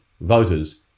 voters